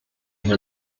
for